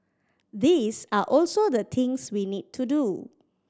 these are also the things we need to do